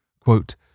quote